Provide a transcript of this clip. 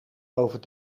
over